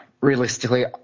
Realistically